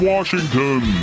Washington